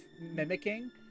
mimicking